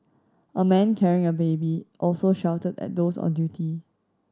a man carrying a baby also shouted at those on duty